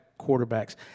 quarterbacks